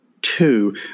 Two